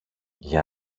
για